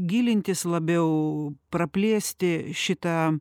gilintis labiau praplėsti šitą